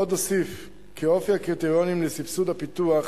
עוד אוסיף כי אופי הקריטריונים לסבסוד הפיתוח